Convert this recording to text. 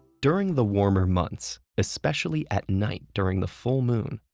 during the warmer months, especially at night during the full moon,